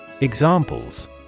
Examples